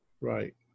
right